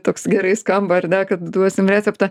toks gerai skamba ar ne kad duosim receptą